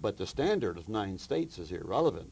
but the standard of nine states is irrelevant